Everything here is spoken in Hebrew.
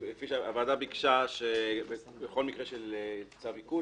הוועדה ביקשה שבכל מקרה של צו עיקול